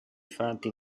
fatti